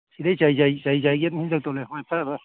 ꯁꯤꯗꯒꯤ ꯆꯩ ꯆꯩ ꯆꯩ ꯆꯩ ꯑꯗꯨꯝ ꯇꯧ ꯂꯩꯔꯦ